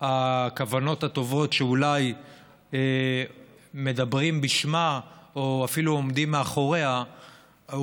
הכוונות הטובות שאולי מדברים עליהן בשמה או אפילו שעומדות מאחוריה,